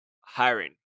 hiring